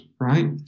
right